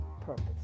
purpose